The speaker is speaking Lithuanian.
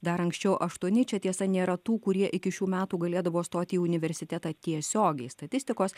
dar anksčiau aštuoni čia tiesa nėra tų kurie iki šių metų galėdavo stoti į universitetą tiesiogiai statistikos